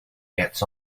gets